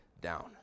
down